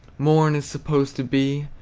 morn is supposed to be,